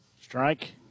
Strike